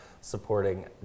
supporting